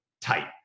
tight